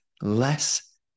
less